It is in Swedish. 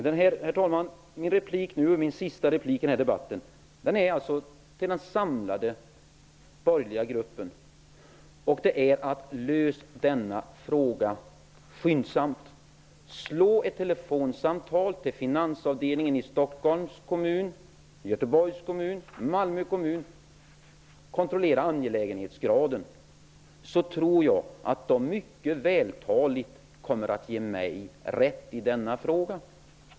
Herr talman! Detta är min sista replik i denna debatt. Min uppmaning till den samlade borgerliga gruppen är: Lös denna fråga skyndsamt!'' Ta några telefonsamtal med finansavdelningarna i Malmö kommun och kontrollera angelägenhetsgraden! Jag tror att man då mycket vältaligt kommer att ge mig rätt i denna fråga.